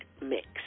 mix